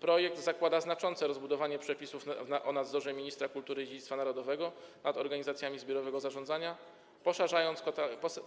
Projekt zakłada znaczące rozbudowanie przepisów o nadzorze ministra kultury i dziedzictwa narodowego nad organizacjami zbiorowego zarządzania,